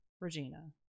Regina